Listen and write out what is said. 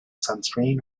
sunscreen